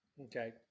okay